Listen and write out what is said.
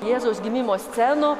jėzaus gimimo scenų